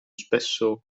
spesso